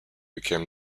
became